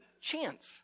chance